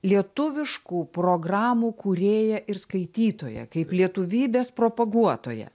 lietuviškų programų kūrėją ir skaitytoją kaip lietuvybės propaguotoją